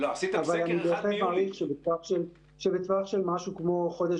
אבל אני בהחלט מעריך שבטווח של משהו כמו חודש